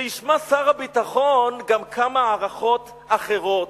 שישמע שר הביטחון גם כמה הערכות אחרות,